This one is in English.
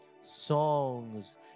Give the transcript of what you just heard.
songs